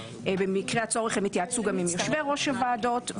- במקרה הצורך הם התייעצו גם עם יושבי ראש הוועדות.